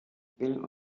bill